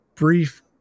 Brief